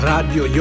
Radio